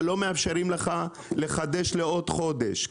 אבל לא מאפשרים לחדש לעוד חודש.